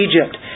Egypt